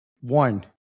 one